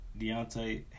Deontay